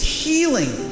healing